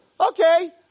Okay